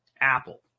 Apple